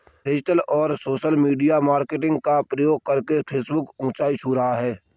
digital और social media marketing का प्रयोग करके फेसबुक ऊंचाई छू रहा है